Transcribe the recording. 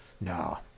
no